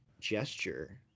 gesture